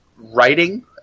writing